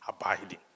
abiding